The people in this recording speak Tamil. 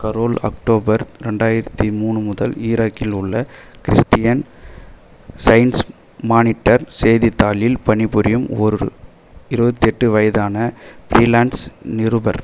கரோல் அக்டோபர் ரெண்டாயிரத்து மூணு முதல் ஈராக்கில் உள்ள கிறிஸ்டியன் சையின்ஸ் மானிட்டர் செய்தித்தாளில் பணிபுரியும் ஒரு இருபத்தெட்டு வயதான ஃப்ரீலான்ஸ் நிருபர்